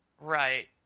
Right